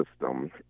system